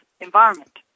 environment